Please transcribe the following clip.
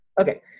Okay